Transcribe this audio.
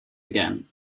again